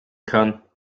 kann